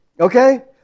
Okay